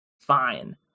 fine